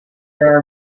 are